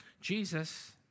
Jesus